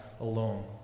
alone